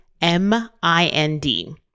M-I-N-D